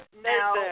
Now